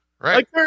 right